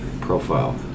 profile